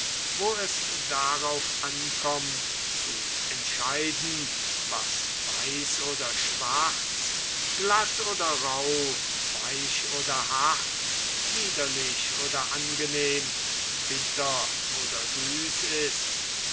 wo es darauf ankömmt zu entscheiden was weiß oder schwarz glatt oder rauh weich oder hart dick oder dünn bitter oder süß ist